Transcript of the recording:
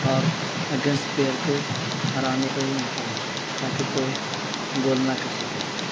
اور against player کو ہرانے کا بھی موقع ملتا ہے تاکہ کوئی گول نہ کر سکے